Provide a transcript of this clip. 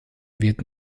wird